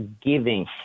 giving